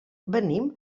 venim